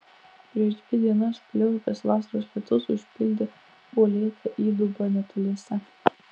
prieš dvi dienas pliaupęs vasaros lietus užpildė uolėtą įdubą netoliese